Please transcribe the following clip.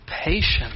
Patience